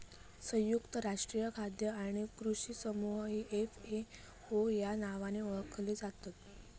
संयुक्त राष्ट्रीय खाद्य आणि कृषी समूह ही एफ.ए.ओ या नावाने ओळखली जातत